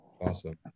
Awesome